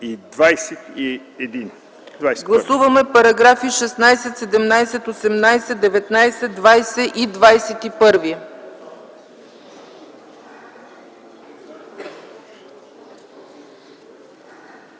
Гласуваме параграфи 16, 17, 18, 19, 20 и 21.